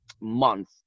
month